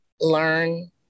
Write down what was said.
learn